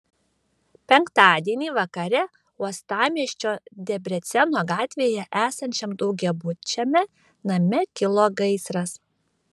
penktadienį vakare uostamiesčio debreceno gatvėje esančiam daugiabučiame name kilo gaisras